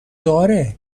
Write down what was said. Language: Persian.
داره